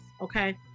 okay